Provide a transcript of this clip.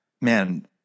Man